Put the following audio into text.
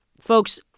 folks